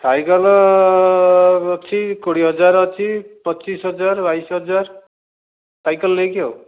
cycle ଅଛି କୋଡ଼ିଏ ହଜାର ଅଛି ପଚିଶି ହଜାର ବାଇଶି ହଜାର ସାଇକେଲ୍ ନେଇକି ଆଉ